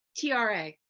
tiare.